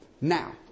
Now